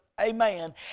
Amen